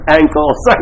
ankles